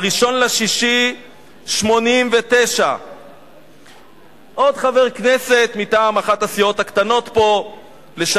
1 ביוני 1989. עוד חבר כנסת מטעם אחת הסיעות הקטנות פה לשעבר,